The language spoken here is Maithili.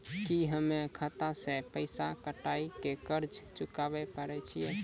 की हम्मय खाता से पैसा कटाई के कर्ज चुकाबै पारे छियै?